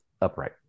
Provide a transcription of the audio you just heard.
upright